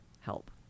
Help